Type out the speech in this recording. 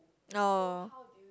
oh